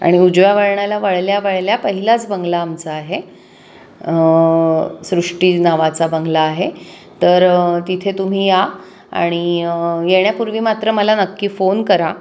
आणि उजव्या वळणाला वळल्या वळल्या पहिलाच बंगला आमचा आहे सृष्टी नावाचा बंगला आहे तर तिथे तुम्ही या आणि येण्यापूर्वी मात्र मला नक्की फोन करा